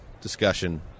discussion